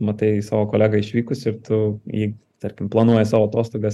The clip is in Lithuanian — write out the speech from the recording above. matai savo kolegą išvykus ir tu jį tarkim planuoji savo atostogas